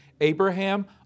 Abraham